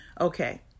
Okay